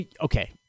okay